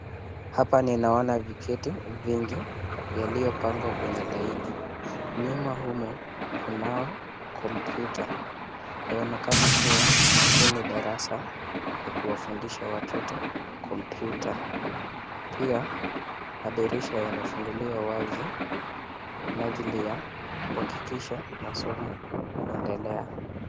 Hapa ninaona viketi vingi yaliyopangwa kwenye laini . Nyuma humo kunao kompyuta yaonekana kuwa hii ni darasa ya kuwafundisha watoto kompyuta. Pia madirisha yamefunguliwa wazi kwa minajili ya kuhakikisha masomo huendelea .